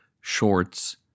shorts